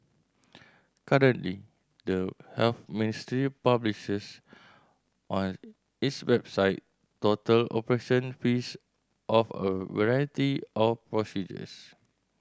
currently the Health Ministry publishes on its website total operation fees of a variety of procedures